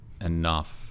enough